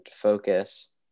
focus